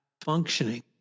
functioning